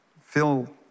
Phil